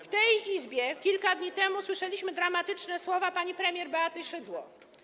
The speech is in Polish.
W tej Izbie kilka dni temu słyszeliśmy dramatyczne słowa pani premier Beaty Szydło.